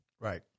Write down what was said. Right